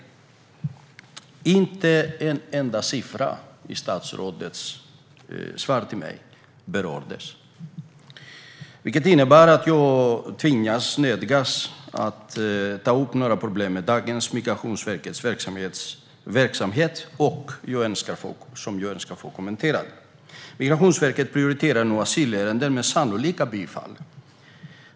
Statsrådet berörde inte en enda siffra i sitt svar till mig, vilket innebär att jag nödgas att ta upp några problem med Migrationsverkets verksamhet. Jag önskar få dem kommenterade. Migrationsverket prioriterar nu asylärenden med sannolika bifall.